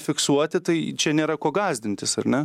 fiksuoti tai čia nėra ko gąsdintis ar ne